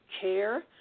care